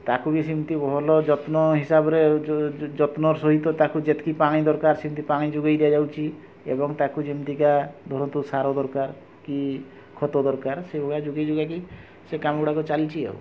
ତାକୁ ବି ସେମତି ଭଲ ଯତ୍ନ ହିସାବରେ ଯତ୍ନର ସହିତ ତାକୁ ଯେତିକି ପାଣି ଦରକାର ସେମିତି ପାଣି ଯୋଗେଇ ଦିଆଯାଉଛି ଏବଂ ତାକୁ ଯେମତିକା ଧରନ୍ତୁ ସାର ଦରକାର କି ଖତ ଦରକାର ସେଇଭଳିଆ ଯୋଗେଇ ଯୁଗାକି ସେ କାମ ଗୁଡ଼ାକ ଚାଲିଛି ଆଉ